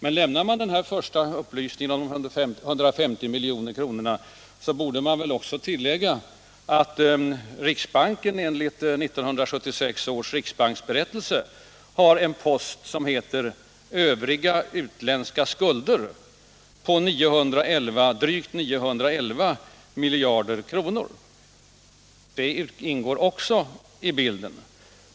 Och lämnar man upplysningen om de 150 milj.kr., borde man väl också tillägga att riksbanken enligt 1976 års riksbanksberättelse har en post som heter Övriga utlandsskulder, på drygt 911 milj.kr. Det borde också ha ingått i bilden.